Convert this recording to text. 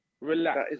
Relax